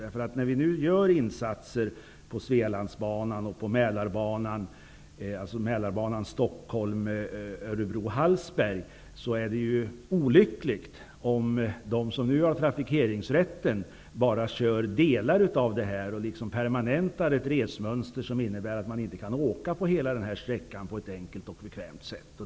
När vi nu gör insatser på Svealandsbanan och på Hallsberg, är det olyckligt om de som nu har trafikeringsrätten bara kör delar av detta och permanentar ett resmönster som innebär att man inte kan åka på hela den här sträckan på ett enkelt och bekvämt sätt.